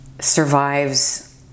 survives